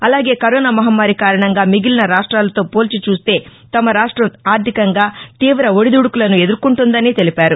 అలాగే కరోనా మహమ్మారి కారణంగా మిగిలిన రాష్టాలతో పోల్చి చూస్తే తమ రాష్ట్రం ఆర్దికంగా తీవ ఒడిదుదుకలను ఎదుర్కొంటుందని తెలిపారు